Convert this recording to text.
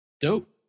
Dope